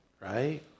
right